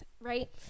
right